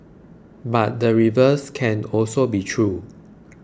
but the reverse can also be true